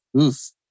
Oof